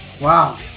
Wow